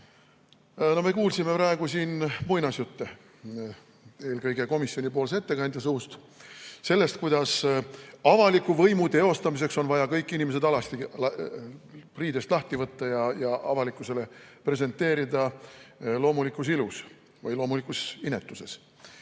me kuulsime praegu siin muinasjutte, eelkõige komisjoni ettekandja suust, sellest, kuidas avaliku võimu teostamiseks on vaja kõik inimesed alasti, riidest lahti võtta ja neid avalikkusele presenteerida loomulikus ilus või loomulikus inetuses.